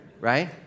right